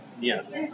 Yes